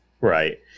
Right